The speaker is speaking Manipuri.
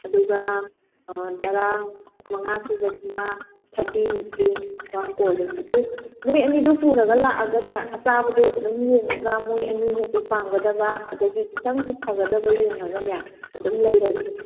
ꯑꯗꯨꯒ ꯇꯔꯥ ꯃꯉꯥ ꯁꯨꯕꯁꯤꯅ ꯊꯥꯔꯇꯤ ꯃꯨꯛꯀꯤ ꯈ꯭ꯋꯥꯡ ꯀꯣꯜꯂꯤ ꯑꯗꯣ ꯃꯣꯏ ꯑꯅꯤꯗꯨ ꯄꯨꯔꯒ ꯂꯥꯛꯑꯒꯅꯦ ꯑꯆꯥꯕꯗꯨ ꯑꯗꯨꯝ ꯌꯦꯡꯉꯒ ꯃꯣꯏ ꯑꯅꯤꯅꯁꯨ ꯄꯥꯝꯒꯗꯕ ꯑꯗꯒꯤ ꯈꯤꯇꯪꯁꯨ ꯐꯒꯗꯕ ꯌꯦꯡꯉꯒꯅꯦ ꯑꯗꯨꯝ ꯂꯩꯔꯒꯦ